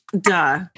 duh